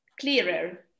clearer